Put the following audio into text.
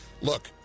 Look